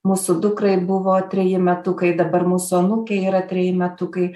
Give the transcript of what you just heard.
mūsų dukrai buvo treji metukai dabar mūsų anūkei yra treji metukai